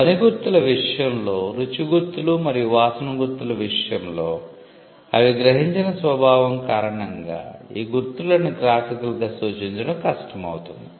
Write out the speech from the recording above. ధ్వని గుర్తుల విషయంలో రుచి గుర్తులు మరియు వాసన గుర్తుల విషయంలో అవి గ్రహించిన స్వభావం కారణంగా ఈ గుర్తులను గ్రాఫికల్గా సూచించడం కష్టం అవుతుంది